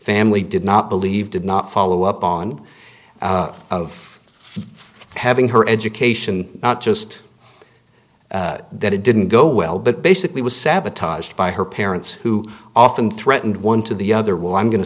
family did not believe did not follow up on of having her education not just that it didn't go well but basically was sabotaged by her parents who often threatened one to the other well i'm going to